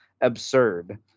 Absurd